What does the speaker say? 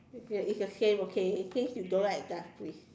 it's the same okay since you don't like dark place